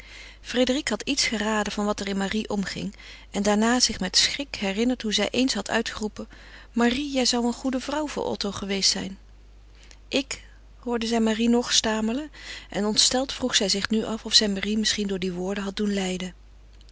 frédérique had iets geraden van wat er in marie omging en daarna zich met schrik herinnerd hoe zij eens had uitgeroepen marie jij zou een goede vrouw voor otto geweest zijn ik hoorde zij marie nog stamelen en ontsteld vroeg zij zich nu af of zij marie misschien door die woorden had doen lijden